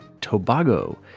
Tobago